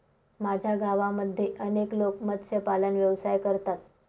माझ्या गावामध्ये अनेक लोक मत्स्यपालन व्यवसाय करतात